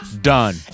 Done